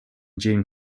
jane